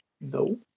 No